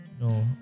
no